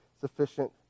sufficient